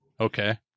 Okay